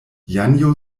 janjo